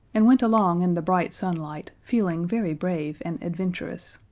and went along in the bright sunlight, feeling very brave and adventurous.